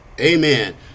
Amen